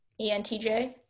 ENTJ